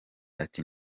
ati